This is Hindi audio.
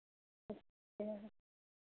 अच्छा